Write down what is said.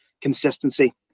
consistency